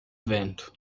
vento